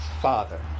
Father